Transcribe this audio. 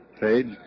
Page